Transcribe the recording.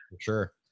sure